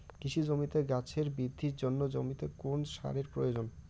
কৃষি জমিতে গাছের বৃদ্ধির জন্য জমিতে কোন সারের প্রয়োজন?